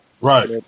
Right